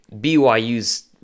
BYU's